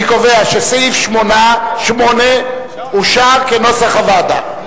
אני קובע שסעיף 8 אושר כנוסח הוועדה.